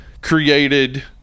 created